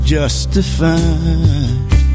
justified